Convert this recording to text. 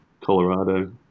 Colorado